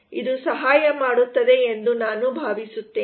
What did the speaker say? ಇದು ಸಹಾಯ ಮಾಡುತ್ತದೆ ಎಂದು ನಾನು ಭಾವಿಸುತ್ತೇನೆ